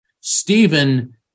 Stephen